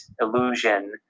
illusion